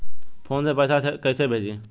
Phone से पैसा कैसे भेजी?